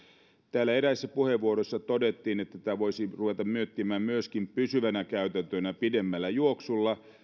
täällä eräissä puheenvuoroissa todettiin että tätä voisi ruveta miettimään myöskin pysyvänä käytäntönä pidemmällä juoksulla